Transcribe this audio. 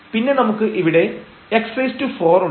പിന്നെ നമുക്ക് ഇവിടെ x4 ഉണ്ട്